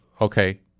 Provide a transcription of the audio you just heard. Okay